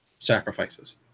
Sacrifices